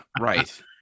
Right